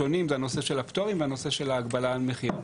והם הנושא של הפטורים והנושא של הגבלה על המחיר.